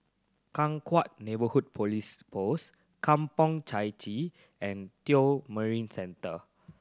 Changkat Neighbourhood Police Post Kampong Chai Chee and Tio Marine Centre